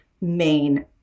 main